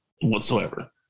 Whatsoever